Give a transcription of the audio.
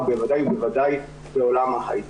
בוודאי ובוודאי בעולם ההייטק.